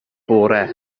bore